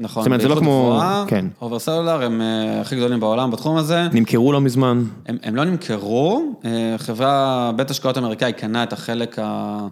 זאת אומרת, זה לא כמו, כן. אוברסלולר הם הכי גדולים בעולם בתחום הזה. נמכרו לא מזמן? הם לא נמכרו, חברה, בית השקעות האמריקאי קנה את החלק ה...